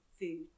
food